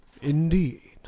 Indeed